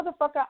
Motherfucker